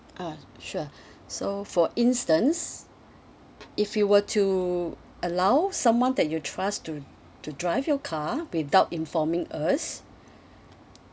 uh sure so for instance if you were to allow someone that you trust to to drive your car without informing us